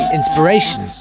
inspiration